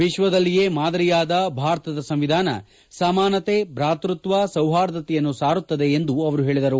ವಿಶ್ವದಲ್ಲಿಯೇ ಮಾದರಿಯಾದ ಭಾರತದ ಸಂವಿಧಾನ ಸಮಾನತೆ ಭಾತೃತ್ವ ಸೌಹಾರ್ದತೆಯನ್ನು ಸಾರುತ್ತದೆ ಎಂದು ಅವರು ಹೇಳಿದರು